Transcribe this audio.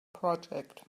project